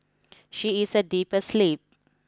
she is a deeper sleep